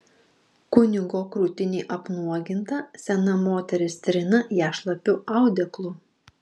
kunigo krūtinė apnuoginta sena moteris trina ją šlapiu audeklu